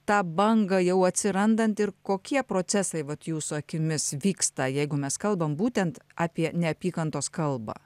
tą bangą jau atsirandant ir kokie procesai vat jūsų akimis vyksta jeigu mes kalbam būtent apie neapykantos kalbą